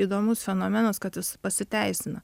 įdomus fenomenas kad jis pasiteisina